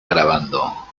grabando